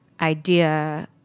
idea